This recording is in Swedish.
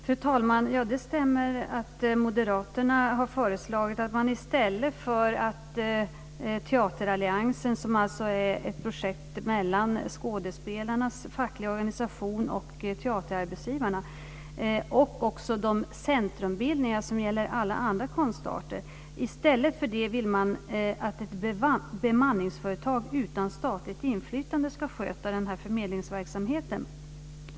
Fru talman! Det stämmer att moderaterna har föreslagit att man i stället för Teateralliansen, som är ett projekt mellan skådespelarnas fackliga organisation, teaterarbetsgivarna och även de centrumbildningar som finns för alla andra konstarter, ska låta ett bemanningsföretag utan statligt inflytande sköta förmedlingsverksamheten.